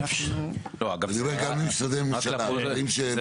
אני אומר גם למשרדי הממשלה, לחברים שכאן --- לא.